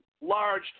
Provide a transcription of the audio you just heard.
large